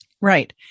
Right